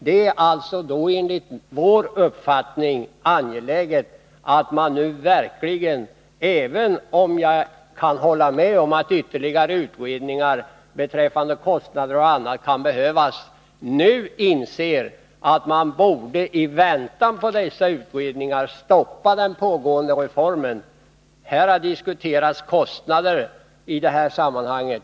Det är då enligt vår uppfattning angeläget att man nu stoppar den pågående reformen i väntan på ytterligare utredningar beträffande kostnader och annat som kan behövas. Här har diskuterats kostnader.